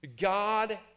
God